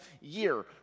year